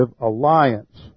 alliance